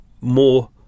more